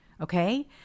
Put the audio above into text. Okay